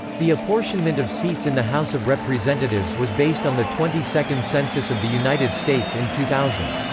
the apportionment of seats in the house of representatives was based on the twenty-second census of the united states in two thousand.